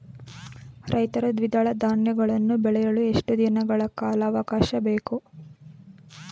ರೈತರು ದ್ವಿದಳ ಧಾನ್ಯಗಳನ್ನು ಬೆಳೆಯಲು ಎಷ್ಟು ದಿನಗಳ ಕಾಲಾವಾಕಾಶ ಬೇಕು?